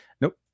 Nope